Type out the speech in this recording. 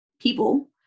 people